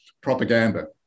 propaganda